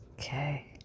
Okay